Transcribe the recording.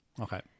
Okay